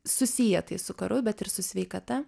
susiję tai su karu bet ir su sveikata